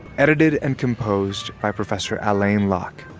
edited and composed by professor alain locke.